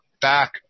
back